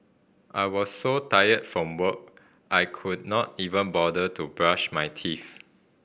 I was so tired from work I could not even bother to brush my teeth